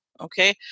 okay